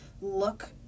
look